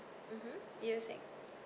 mmhmm you were saying